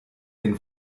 den